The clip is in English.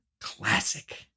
classic